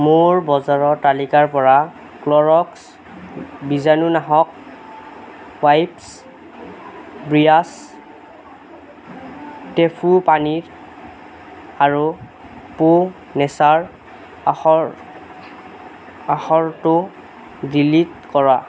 মোৰ বজাৰৰ তালিকাৰ পৰা ক্লৰ'ক্স বীজাণুনাশক ৱাইপ্ছ ব্ৰিয়াছ টেফু পানীৰ আৰু প' নেচাৰ আখৰ আখৰটো ডিলিট কৰা